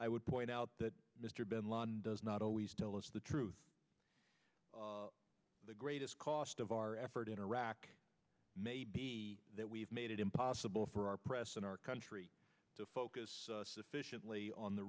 i would point out that mr bin laden does not always tell us the truth the greatest cost of our effort in iraq may be that we've made it impossible for our press and our country to focus sufficiently on the